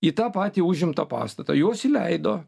į tą patį užimtą pastatą juos įleido